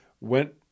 went